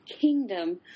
Kingdom